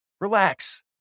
Relax